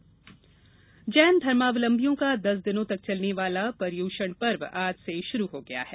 जैन धर्म जैन धर्मावलंबीयों का दस दिनों तक चलने वाला पर्युषण पर्व आज से शुरू हो गया है